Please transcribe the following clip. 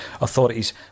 authorities